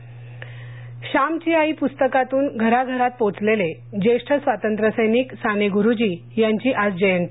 साने गुरुजी जयंती श्यामची आई पुस्तकातून घरा घरात पोचलेले ज्येष्ठ स्वातंत्र्य सैनिक साने गुरुजी यांची आज जयंती